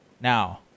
Now